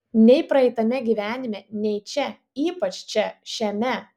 nei praeitame gyvenime nei čia ypač čia šiame